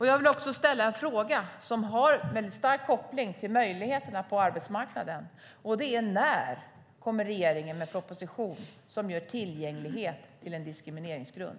Jag vill också ställa en fråga som har stark koppling till möjligheterna på arbetsmarknaden: När kommer regeringen med en proposition som gör bristande tillgänglighet till en diskrimineringsgrund?